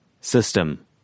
System